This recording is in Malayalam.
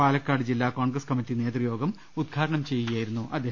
പാലക്കാട്ട് ജില്ലാ കോൺഗ്രസ്സ് കമ്മറ്റി നേതൃയോഗം ഉദ്ഘാടനം ചെയ്യുകയായിരുന്നു അദ്ദേഹം